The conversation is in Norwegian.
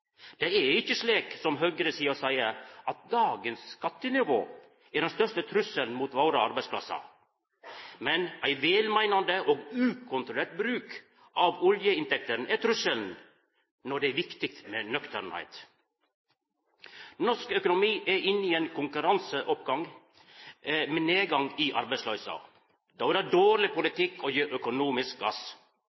Det er ikkje slik som høgresida seier, at dagens skattenivå er den største trusselen mot våre arbeidsplassar, men ein velmeinande og ukontrollert bruk av oljeinntektene er trusselen når det er viktig å vera nøktern. Norsk økonomi er inne i ein konkurranseoppgang med nedgang i arbeidsløysa. Då er det dårleg politikk å gi økonomisk gass.